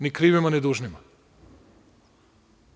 Ni krivima, ni dužnima.